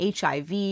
HIV